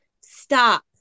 Stop